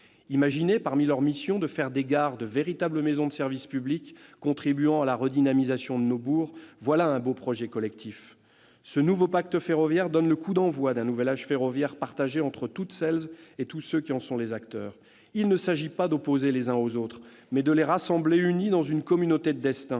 Imaginer de faire des gares de véritables maisons de service public contribuant à la redynamisation de nos bourgs, voilà un beau projet collectif ! Ce nouveau pacte ferroviaire donne le coup d'envoi d'un nouvel âge ferroviaire partagé entre toutes celles et tous ceux qui en sont les acteurs. Il ne s'agit pas d'opposer les uns aux autres, mais de les unir dans une communauté de destin